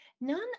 None